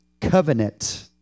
covenant